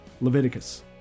Leviticus